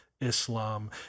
Islam